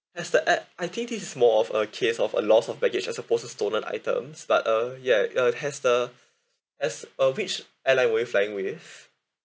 that's the ad~ I think this is more of a case of a loss of baggage as supposed to stolen items but uh ya uh has the has uh which airline were you flying with